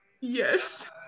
Yes